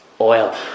oil